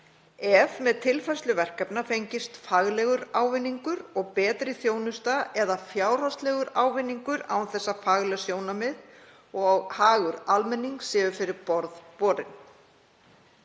ef með tilfærslu verkefna fengist faglegur ávinningur og betri þjónusta eða fjárhagslegur ávinningur án þess að fagleg sjónarmið og hagur almennings sé fyrir borð borinn.